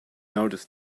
noticed